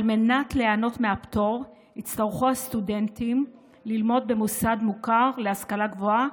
על מנת ליהנות מהפטור יצטרכו הסטודנטים ללמוד במוסד מוכר להשכלה גבוהה,